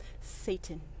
Satan